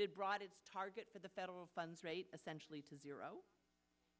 it brought its target to the federal funds rate essentially to zero